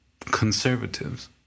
conservatives